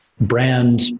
brand